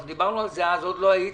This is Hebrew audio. דיברנו על זה אז עוד לא היית,